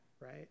right